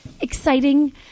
exciting